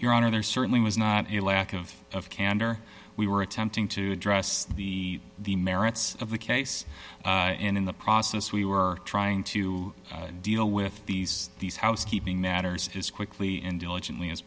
your honor there certainly was not a lack of candor we were attempting to address the the merits of the case and in the process we were trying to deal with these these housekeeping matters is quickly in diligently as